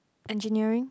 engineering